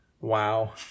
Wow